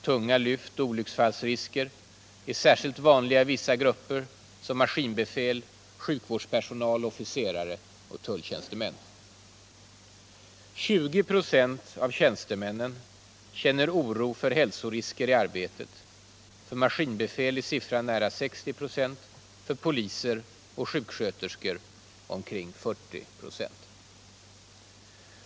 Tunga lyft och olycksfallsrisker är särskilt vanliga i vissa grupper, såsom maskinbefäl, sjukvårdspersonal, officerare och tulltjänstemän. 20 926 av tjänstemännen känner oro för hälsorisker i arbetet, för maskinbefäl är siffran nära 60 96, för poliser och sjuksköterskor omkring 40 96.